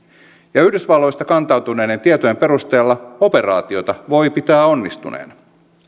ja yhdysvalloista kantautuneiden tietojen perusteella operaatiota voi pitää onnistuneena